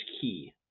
key